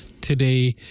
today